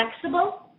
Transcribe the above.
flexible